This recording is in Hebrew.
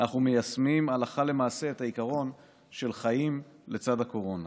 אנחנו מיישמים הלכה למעשה את העיקרון של חיים לצד הקורונה.